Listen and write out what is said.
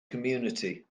community